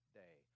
day